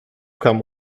kam